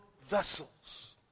vessels